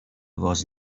was